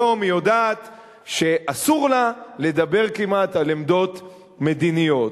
היום היא יודעת שאסור לה לדבר כמעט על עמדות מדיניות.